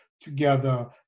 together